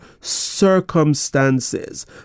circumstances